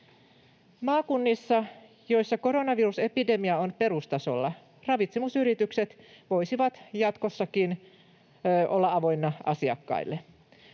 Maakunnissa, joissa koronavirusepidemia on perustasolla, ravitsemusyritykset voisivat jatkossakin olla avoinna asiakkaille.